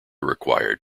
required